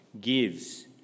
gives